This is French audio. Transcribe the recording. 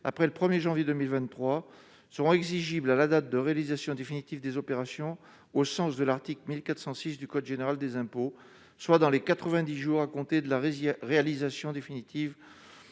après le 1er janvier 2023 seront exigibles à la date de réalisation définitive des opérations au sens de l'article 1406 du code général des impôts, soit dans les 90 jours à compter de la rivière réalisation définitive